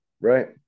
Right